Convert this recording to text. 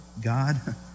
God